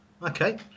Okay